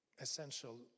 essential